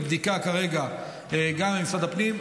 היא בבדיקה כרגע גם עם משרד הפנים.